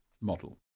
model